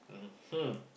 mmhmm